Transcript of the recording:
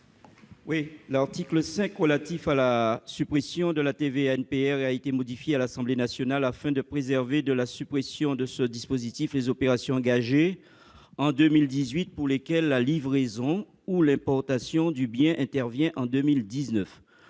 L'article 5 relatif à la suppression de la TVA NPR a été modifié par l'Assemblée nationale, afin de préserver de la suppression de ce dispositif les opérations engagées en 2018 pour lesquelles la livraison ou l'importation du bien intervient en 2019.